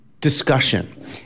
discussion